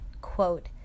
quote